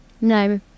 No